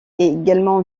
également